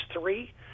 three